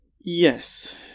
Yes